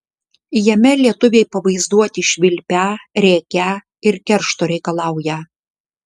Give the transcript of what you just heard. jame lietuviai pavaizduoti švilpią rėkią ir keršto reikalaują